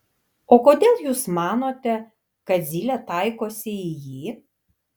o kodėl jūs manote kad zylė taikosi į jį